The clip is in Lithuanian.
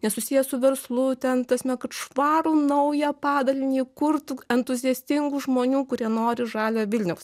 nesusiję su verslu ten ta prasme kad švarų naują padalinį kurtų entuziastingų žmonių kurie nori žalio vilniaus